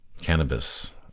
cannabis